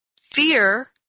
Fear